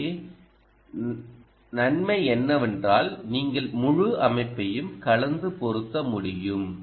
எனவே நன்மை என்னவென்றால் நீங்கள் முழு அமைப்பையும் கலந்து பொருத்த முடியும்